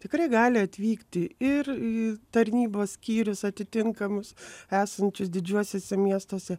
tikrai gali atvykti ir į tarnybos skyrius atitinkamus esančius didžiuosiuose miestuose